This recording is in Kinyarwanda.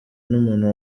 n’umuntu